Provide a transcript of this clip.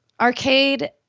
arcade